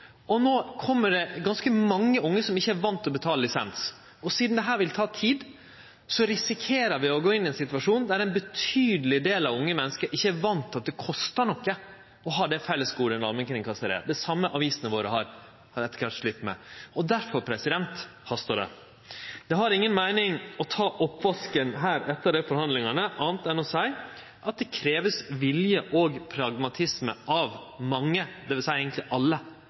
det ganske mange unge som ikkje er vande med å betale lisens, og sidan dette vil ta tid risikerer vi å gå inn i ein situasjon der ein betydeleg del unge menneske ikkje er vande med at det kostar noko å ha det fellesgodet som ein allmennkringkastar er. Det same har avisene våre etter kvart slitt med. Difor hastar det. Det har inga meining å ta oppvasken her etter dei forhandlingane, anna enn å seie at det krevjast vilje og pragmatisme av mange, dvs. alle,